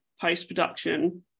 post-production